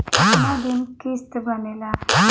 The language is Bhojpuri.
कितना दिन किस्त बनेला?